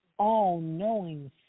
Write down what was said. all-knowing